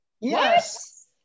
yes